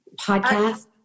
podcast